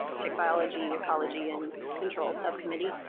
tick biology, ecology, and control subcommittee.